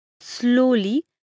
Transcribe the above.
Slowly